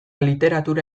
literatura